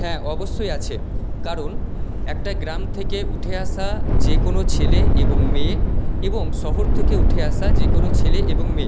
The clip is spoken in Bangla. হ্যাঁ অবশ্যই আছে কারণ একটা গ্রাম থেকে উঠে আসা যে কোনো ছেলে এবং মেয়ে এবং শহর থেকে উঠে আসা যে কোনো ছেলে এবং মেয়ে